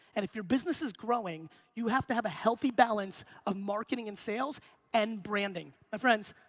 and if your business is growing you have to have a healthy balance of marketing and sales and branding. my friends,